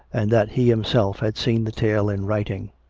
and that he himself had seen the tale in writing.